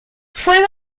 fue